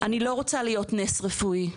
אני לא רוצה להיות נס רפואי,